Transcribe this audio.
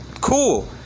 Cool